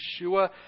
Yeshua